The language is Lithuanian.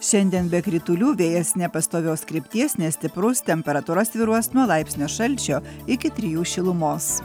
šiandien be kritulių vėjas nepastovios krypties nestiprus temperatūra svyruos nuo laipsnio šalčio iki trijų šilumos